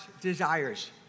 desires